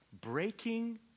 Breaking